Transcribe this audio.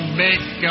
make